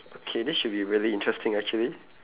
okay this should be really interesting actually